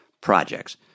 projects